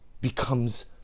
becomes